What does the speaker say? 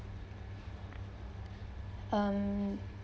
um